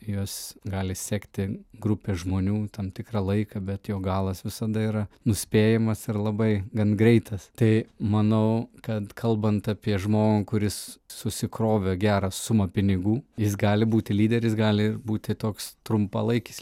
juos gali sekti grupė žmonių tam tikrą laiką bet jo galas visada yra nuspėjamas ir labai gan greitas tai manau kad kalbant apie žmogų kuris susikrovė gerą sumą pinigų jis gali būti lyderis gali būti toks trumpalaikis